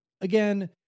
again